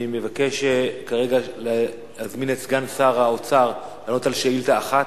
אני מבקש להזמין את סגן שר האוצר לענות על שאילתא אחת,